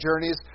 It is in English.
journeys